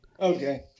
Okay